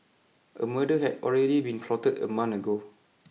a murder had already been plotted a month ago